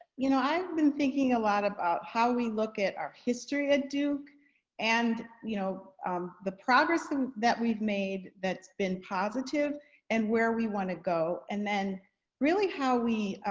you know, i've been thinking a lot about how we look at our history at duke and you know the progress and that we've made that's been positive and where we want to go and then really how we.